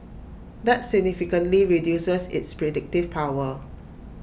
that significantly reduces its predictive power